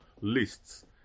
lists